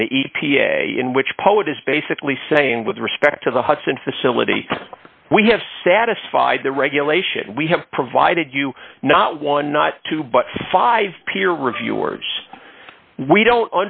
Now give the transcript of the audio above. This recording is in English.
and the e p a in which poet is basically saying with respect to the hudson facility we have satisfied the regulation we have provided you not one not two but five peer reviewers we don't